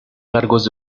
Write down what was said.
cargos